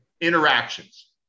interactions